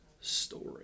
story